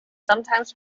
sometimes